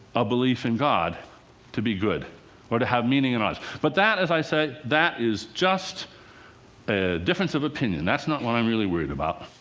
a belief in god to be good or to have meaning in us. but that, as i said, is just a difference of opinion. that's not what i'm really worried about.